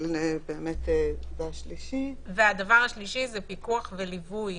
הדבר השלישי זה פיקוח וליווי